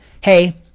hey